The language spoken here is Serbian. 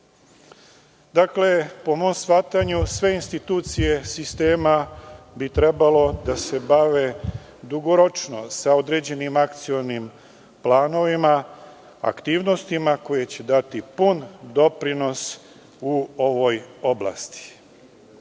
po mom shvatanju, sve institucije sistema bi trebalo da se bave dugoročno sa određenim akcionim planovima, aktivnostima koje će dati pun doprinos u ovoj oblasti. Danas